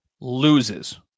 loses